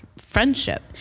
friendship